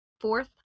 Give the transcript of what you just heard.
Fourth